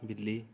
ਬਿੱਲੀ